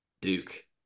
Duke